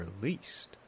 released